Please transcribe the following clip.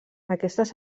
aquestes